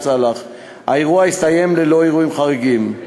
האירוע הסתיים ללא אירועים חריגים.